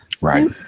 right